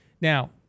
Now